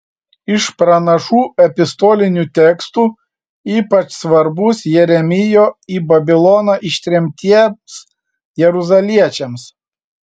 iš pranašų epistolinių tekstų ypač svarbus jeremijo į babiloną ištremtiems jeruzaliečiams